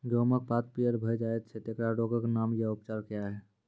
गेहूँमक पात पीअर भअ जायत छै, तेकरा रोगऽक नाम आ उपचार क्या है?